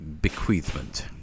bequeathment